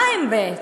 מה הם בעצם?